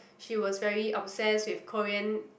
she was very obssess with Korean